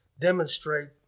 demonstrate